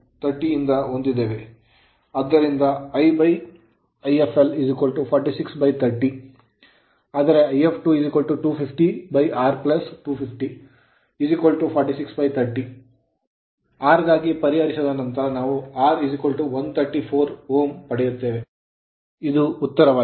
ಆದ್ದರಿಂದ 1 If2 4630 ಆದರೆ If2 250 R 250 46 30 R ಗಾಗಿ ಪರಿಹರಿಸಿದ ನಂತರ ನಾವು R 134 Ω ಪಡೆಯುತ್ತೇವೆ ಇದು ಉತ್ತರವಾಗಿದೆ